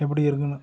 எப்படி இருக்கும்னு